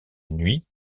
nuit